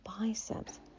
biceps